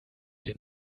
den